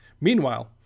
Meanwhile